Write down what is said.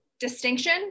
Distinction